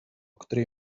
której